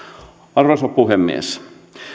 arvoisa puhemies